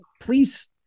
Please